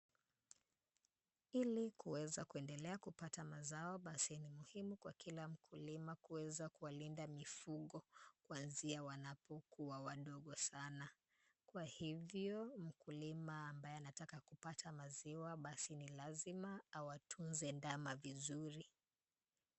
Ili kuweza kuendelea kupata mazao, basi ni muhimu kwa kila mkulima kuweza kuwalinda mifugo, kuanzia wanapokuwa wadogo sana. Kwa hivyo mkulima ambaye anataka kupata maziwa, basi ni lazima awatunze ndama vizuri.